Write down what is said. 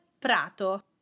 prato